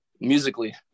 musically